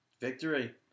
victory